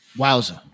Wowza